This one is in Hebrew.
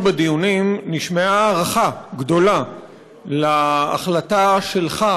בדיונים נשמעה הערכה גדולה להחלטה שלך,